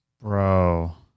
Bro